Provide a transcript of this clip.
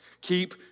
Keep